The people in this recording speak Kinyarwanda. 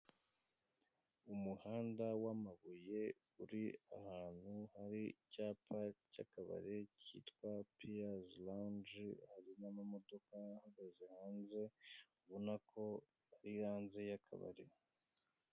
Umuhanda w'amabuye uri ahantu hari icyapa cy'akabari kitwa piyazi ranje hari n'amamodoka ahagaze hanze ubona ko ari hanze y'akabari.